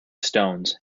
stones